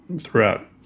throughout